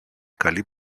καλή